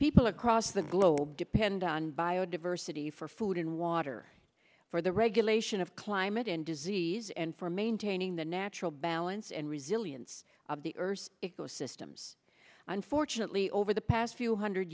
people across the globe depend on bio diversity for food and water for the regulation of climate and disease and for maintaining the natural balance and resilience of the earth if those systems unfortunately over the past few hundred